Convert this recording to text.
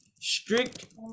strict